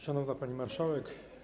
Szanowna Pani Marszałek!